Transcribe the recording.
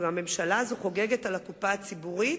הממשלה הזאת חוגגת על הקופה הציבורית,